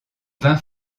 vingt